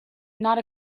not